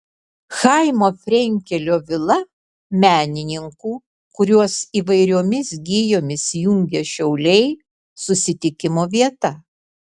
chaimo frenkelio vila menininkų kuriuos įvairiomis gijomis jungia šiauliai susitikimo vieta